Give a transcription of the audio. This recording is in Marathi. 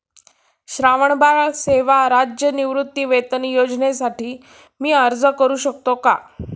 श्रावणबाळ सेवा राज्य निवृत्तीवेतन योजनेसाठी मी अर्ज करू शकतो का?